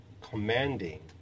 commanding